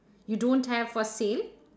you don't have for sale